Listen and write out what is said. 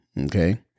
okay